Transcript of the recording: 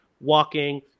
Walking